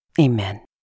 Amen